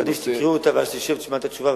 אתה יכול להקריא אותה ואז תשמע את התשובה,